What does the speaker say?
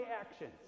actions